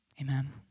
Amen